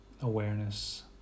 awareness